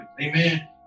amen